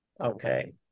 okay